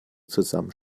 zusammen